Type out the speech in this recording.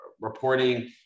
reporting